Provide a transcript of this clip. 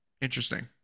Interesting